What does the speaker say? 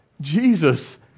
Jesus